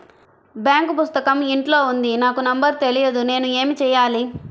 Bank పుస్తకం ఇంట్లో ఉంది నాకు నంబర్ తెలియదు నేను ఏమి చెయ్యాలి?